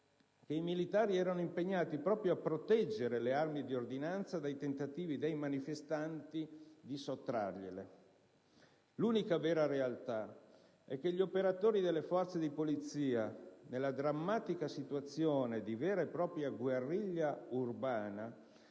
che i militari erano impegnati proprio a proteggere le armi di ordinanza dai tentativi dei manifestanti di sottrargliele. L'unica vera realtà è che gli operatori delle forze di polizia, nella drammatica situazione di vera e propria guerriglia urbana,